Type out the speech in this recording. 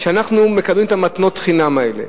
שאנחנו מקבלים את מתנות החינם האלה